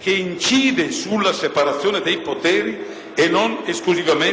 che incide sulla separazione dei poteri e non esclusivamente sul rapporto politico fra Parlamento e Governo.